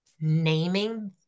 naming